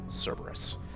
Cerberus